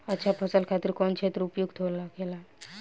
अच्छा फसल खातिर कौन क्षेत्र उपयुक्त होखेला?